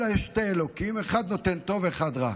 אלא יש שני אלוקים, אחד נותן טוב ואחד רע.